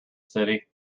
city